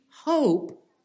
hope